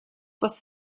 was